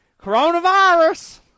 Coronavirus